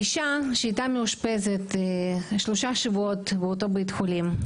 אישה שהייתה מאושפזת שלושה שבועות באותו בית חולים,